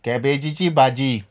कॅबेजीची भाजी